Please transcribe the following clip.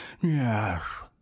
Yes